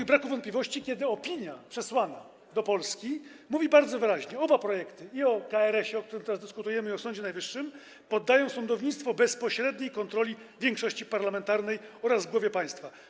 o braku wątpliwości, kiedy opinia przesłana do Polski mówi bardzo wyraźnie: oba projekty - i o KRS-ie, o którym teraz dyskutujemy, i o Sądzie Najwyższym - poddają sądownictwo bezpośredniej kontroli większości parlamentarnej oraz głowie państwa.